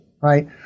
right